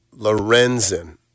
Lorenzen